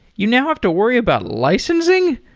you now have to worry about licensing?